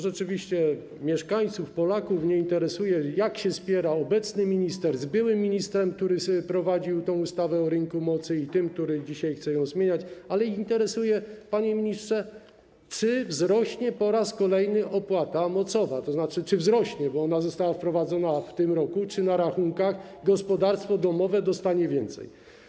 Rzeczywiście mieszkańców, Polaków nie interesuje, jak się spiera obecny minister z byłym ministrem, który sobie wprowadził tę ustawę o rynku mocy, i tym, który dzisiaj chce ją zmieniać, ale interesuje, panie ministrze, czy wzrośnie po raz kolejny opłata mocowa, bo ona została wprowadzona w tym roku, i czy na rachunkach gospodarstwo domowe dostanie więcej.